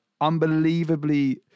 unbelievably